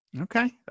Okay